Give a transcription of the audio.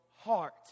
heart